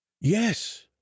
Yes